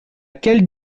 quelle